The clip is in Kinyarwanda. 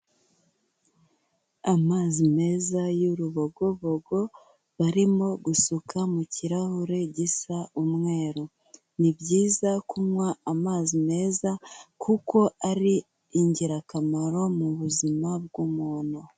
Amazi meza y'urubogobogo barimo gusuka mu kirahure gisa umweru. Ni byiza kunywa amazi meza kuko ari ingirakamaro mu buzima bw'umuntu.